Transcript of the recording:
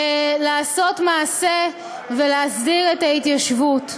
לעשות מעשה ולהסדיר את ההתיישבות.